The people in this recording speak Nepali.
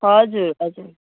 हजुर हजुर